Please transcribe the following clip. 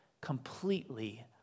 completely